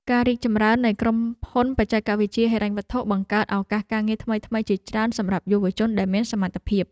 ការរីកចម្រើននៃក្រុមហ៊ុនបច្ចេកវិទ្យាហិរញ្ញវត្ថុបង្កើតឱកាសការងារថ្មីៗជាច្រើនសម្រាប់យុវជនដែលមានសមត្ថភាព។